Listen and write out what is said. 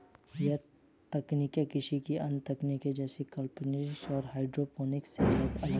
यह तकनीक कृषि की अन्य तकनीकों जैसे एक्वापॉनिक्स और हाइड्रोपोनिक्स से अलग है